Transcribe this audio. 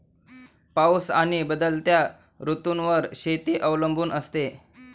पाऊस आणि बदलत्या ऋतूंवर शेती अवलंबून असते